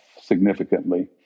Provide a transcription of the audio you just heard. significantly